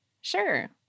Sure